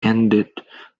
ended